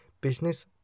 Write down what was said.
Business